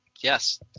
Yes